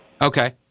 Okay